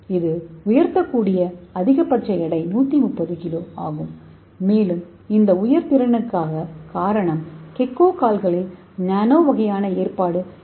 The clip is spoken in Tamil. இது உயர்த்தக்கூடிய அதிகபட்சஎடை 130 கிலோ ஆகும் மேலும் இந்த உயர்திறனுக்கான காரணம் கெக்கோகால்களில் நானோ வகையான ஏற்பாடு இருப்பதேஆகும்